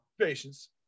Patience